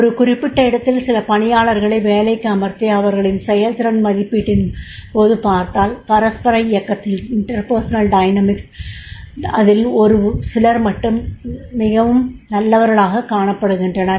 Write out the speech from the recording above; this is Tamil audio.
ஒரு குறிப்பிட்ட இடத்தில் சில பணியாளர்களை வேலைக்கு அமர்த்தி அவர்களின் செயல்திறன் மதிப்பீட்டின் போது பார்த்தால் பரஸ்பர இயக்கத்தில் அதில் ஒரு சிலர் மட்டும் மிகவும் நல்லவர்களாகக் காணப்படுகின்றனர்